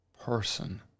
person